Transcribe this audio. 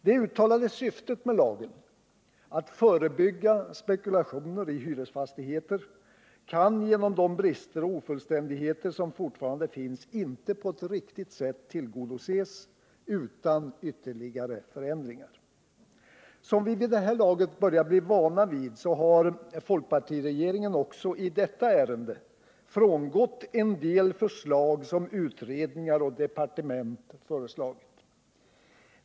Det uttalade syftet med lagen — att förebygga spekulationer i hyresfastigheter — kan genom de brister och ofullständigheter som fortfarande finns inte på ett riktigt sätt tillgodoses utan ytterligare förändringar. Som vi vid det här laget börjar bli vana vid har folkpartiregeringen också i detta ärende frångått en del förslag som utredningar och departement framfört.